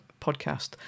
podcast